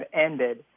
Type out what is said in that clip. ended